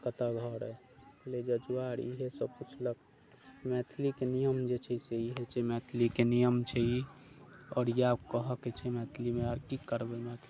कतय घर अइ कहलियै जजुआर इएहसभ पुछलक मैथिलीके नियम जे छै से इएह छै मैथिलीके नियम छै ई आओर इएह कहयके छै मैथिलीमे आओर की करबै मैथिली